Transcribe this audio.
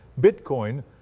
Bitcoin